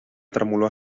tremolor